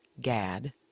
Gad